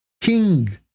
king